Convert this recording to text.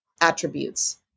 attributes